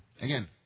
Again